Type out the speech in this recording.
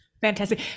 Fantastic